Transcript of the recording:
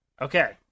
Okay